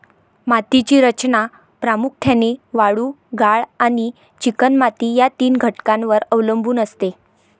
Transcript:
मातीची रचना प्रामुख्याने वाळू, गाळ आणि चिकणमाती या तीन घटकांवर अवलंबून असते